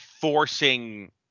forcing